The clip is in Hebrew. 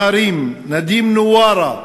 נערים: נאדים נוארה,